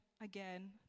again